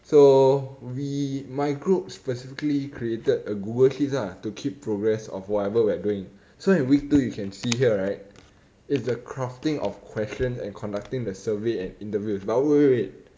so we my group specifically created a google hits ah to keep progress of whatever we are doing so that week two you can see here right is the crafting of questions and conducting the survey and interviews but wait wait wait